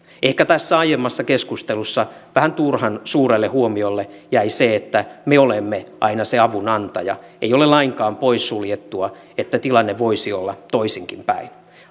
ehkä tässä aiemmassa keskustelussa vähän turhan suurelle huomiolle jäi se että me olemme aina se avunantaja ei ole lainkaan poissuljettua että tilanne voisi olla toisinkin päin